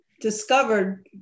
discovered